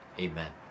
Amen